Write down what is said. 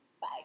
Bye